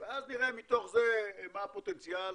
ואז נראה מתוך זה מה הפוטנציאל,